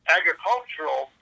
agricultural